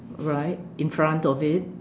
right in front of it